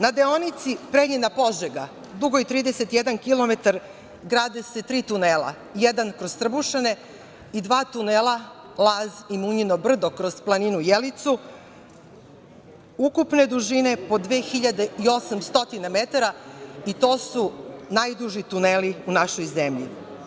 Na deonici Preljina – Požega, dugoj 31 kilometar, grade se tri tunela, jedan kroz Trbušine i dva tunela Laz i Munjino brdo kroz planinu Jelicu, ukupne dužine od 2.800 metara i to su najduži tuneli u našoj zemlji.